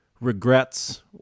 regrets